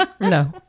No